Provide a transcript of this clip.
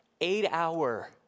eight-hour